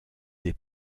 des